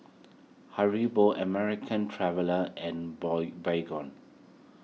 Haribo American Traveller and Boy Baygon